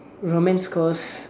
romance cause